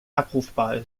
abrufbar